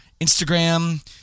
Instagram